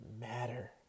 matter